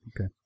okay